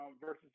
versus